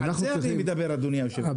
על זה אני מדבר, אדוני היושב-ראש.